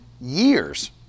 years